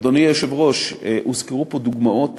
אדוני היושב-ראש, הוזכרו פה דוגמאות